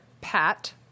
pat